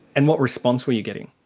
and what response were you getting?